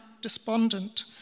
despondent